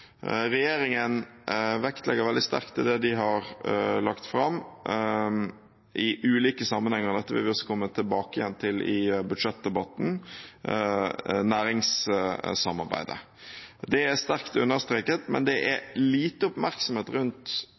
Regjeringen vektlegger næringssamarbeidet veldig sterkt i det de har lagt fram i ulike sammenhenger – dette vil vi også komme tilbake til i budsjettdebatten. Det er sterkt understreket, men det er lite oppmerksomhet rundt